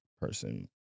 person